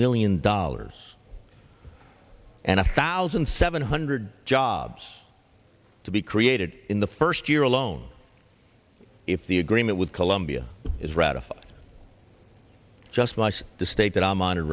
million dollars and a thousand seven hundred jobs to be created in the first year alone if the agreement with colombia is ratified just like the state that i'm hon